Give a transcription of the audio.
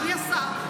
אדוני השר,